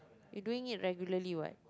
you doing it regularly what